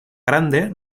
grande